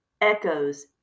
echoes